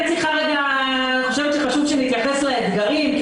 אני חושבת שחשוב שנתייחס לאתגרים כי